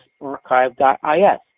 archive.is